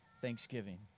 thanksgiving